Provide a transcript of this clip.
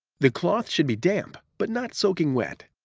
the cloth should be damp but not soaking wet.